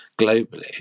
globally